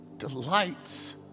delights